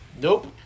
Nope